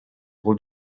бул